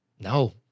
No